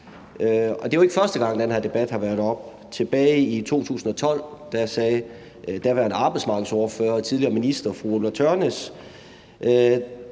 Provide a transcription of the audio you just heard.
Det er jo ikke første gang, den her debat har været oppe. Tilbage i 2012 sagde daværende arbejdsmarkedsordfører og tidligere minister, fru Ulla Tørnæs: